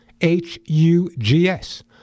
H-U-G-S